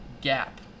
gap